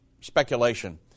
speculation